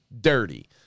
dirty